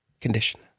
condition